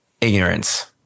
ignorance